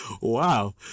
Wow